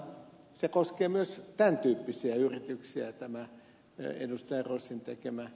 rossin tekemä aloite koskee myös tämän tyyppisiä yrityksiä